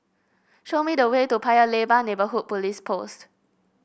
show me the way to Paya Lebar Neighbourhood Police Post